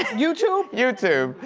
youtube? youtube.